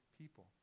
people